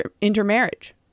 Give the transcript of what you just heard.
intermarriage